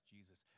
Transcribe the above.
Jesus